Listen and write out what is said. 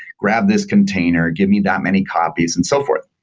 grab this container. give me that many copies, and so forth.